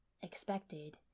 expected